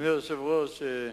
אדוני היושב-ראש,